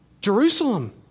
Jerusalem